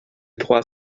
trois